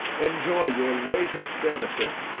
enjoy your latest benefit,